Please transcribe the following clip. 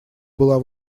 была